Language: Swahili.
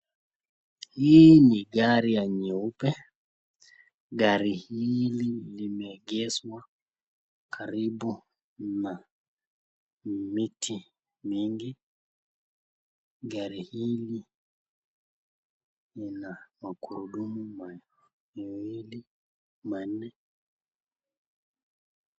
Hii ni gari ya nyeupe gari hili limeegeshwa karibu na miti mingi gari hili lina magurudumu miwili manne.